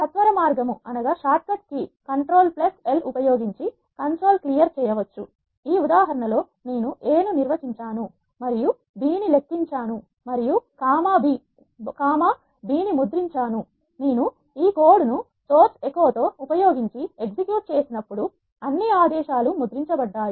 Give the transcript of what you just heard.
సత్వరమార్గం short కట్కీ control L control L ఉపయోగించి console clear చేయవచ్చు ఈ ఉదాహరణ లో నేను a ను నిర్వచించాను మరియు బి ని లెక్కించాను మరియు కామ బి ని ముద్రించాను నేను ఈ కోడ్ ను సోర్స్ ఎకో తో ఉపయోగించి ఎగ్జిక్యూట్ చేసినప్పుడు అన్ని ఆదేశాలు ముద్రించబడ్డాయి